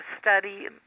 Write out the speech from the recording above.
study